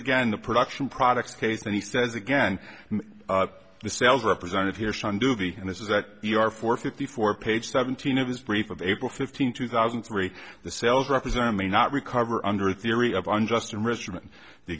again the production products case and he says again the sales representative here and this is that you are for fifty four page seventeen of his brief of abel fifteen two thousand three the sales represent may not recover under the theory of unjust enrichment the